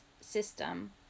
system